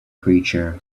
creature